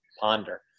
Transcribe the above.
ponder